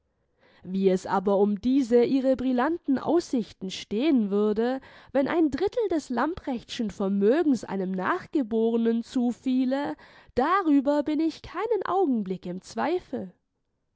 wie es aber um diese ihre brillanten aussichten stehen würde wenn ein drittel des lamprechtschen vermögens einem nachgeborenen zufiele darüber bin ich keinen augenblick im zweifel